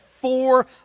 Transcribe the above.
four